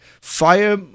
Fire